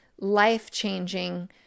life-changing